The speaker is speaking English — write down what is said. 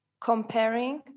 comparing